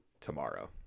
tomorrow